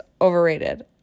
overrated